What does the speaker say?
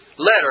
Letter